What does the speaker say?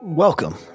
Welcome